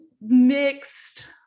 mixed